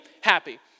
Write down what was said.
happy